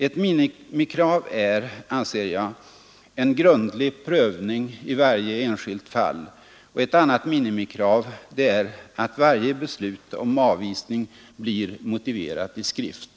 Ett minimikrav tycker jag är en grundlig prövning i varje enskilt fall. Ett annat minimikrav är att varje beslut om avvisning blir klart motiverat i skrift.